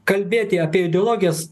kalbėti apie ideologijas